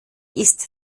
ist